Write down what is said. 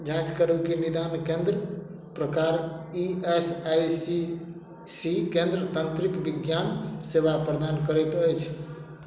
जांँच करू कि निदान केंद्र प्रकार ई एस आई सी केंद्र तंत्रिक विज्ञान सेवा प्रदान करैत अछि